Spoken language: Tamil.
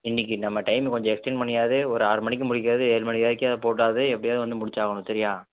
இன்னிக்கு நம்ம டைம் கொஞ்சம் எக்ஸ்டெண்ட் பண்ணியாவது ஒரு ஆறு மணிக்கு முடிக்கிறது ஏழு மணி வரைக்கும் போட்டாவது எப்படியாவுது வந்து முடிச்சு ஆவணும் சரியா